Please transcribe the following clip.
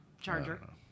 Charger